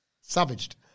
Savaged